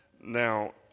Now